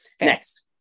next